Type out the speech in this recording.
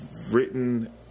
written